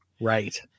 right